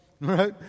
right